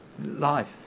life